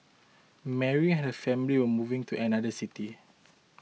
Mary and her family were moving to another city